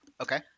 Okay